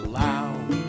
loud